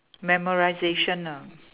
memorisation ah